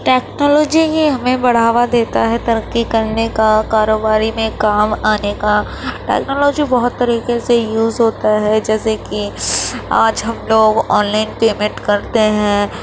technology ہی ہمیں بڑھاوا دیتا ہے ترقی کرنے کا کاروباری میں کام آنے کا ٹیکنالوی بہت طریقے سے یوز ہوتا ہے جیسے کہ آج ہم لوگ آن لائن پیمنٹ کرتے ہیں